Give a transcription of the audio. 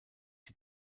die